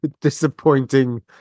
disappointing